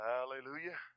Hallelujah